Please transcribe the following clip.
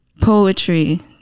poetry